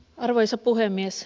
arvoisa puhemies